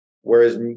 Whereas